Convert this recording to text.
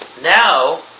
now